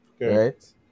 Right